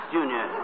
Junior